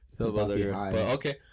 Okay